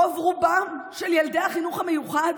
רוב-רובם של ילדי החינוך המיוחד,